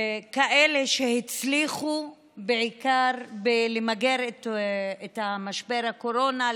כאלה שהצליחו בעיקר למגר את משבר הקורונה,